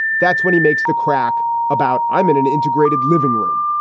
that's when he makes the crack about i'm in an integrated living room.